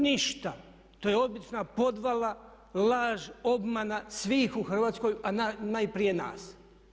Ništa, to je obična podvala, laž, obmana svih u Hrvatskoj, a najprije nas.